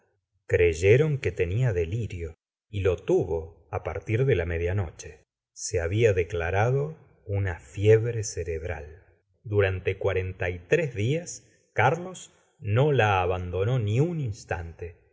creyeron que tenia delirio y lo tuvo á partir de la media noche se habia declarado una fiebre cerebral durante cuarenta y tres días carlos no la abarr donó ni un instante